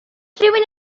rhywun